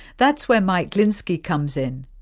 that's where mike lynskey comes in.